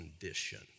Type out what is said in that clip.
condition